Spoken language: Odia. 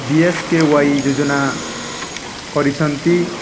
ବି ଏସ୍ କେ ୱାଇ ଯୋଜନା କରିଛନ୍ତି